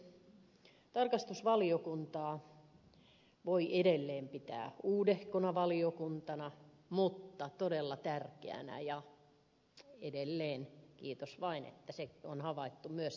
tarkastusvaliokuntaa voi edelleen pitää uudehkona mutta todella tärkeänä valiokuntana ja edelleen kiitos vain että se on havaittu myös täällä salissa